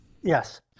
Yes